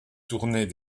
tournées